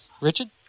Richard